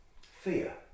Fear